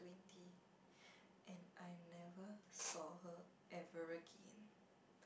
twenty and I never saw her ever again